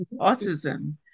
autism